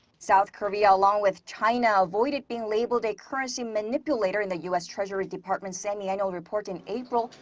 south korea, along with china, avoided being labeled a currency manipulator in the u s. treasury department's semiannual report in april,